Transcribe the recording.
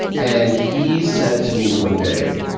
and he said to me one day,